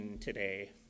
today